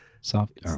soft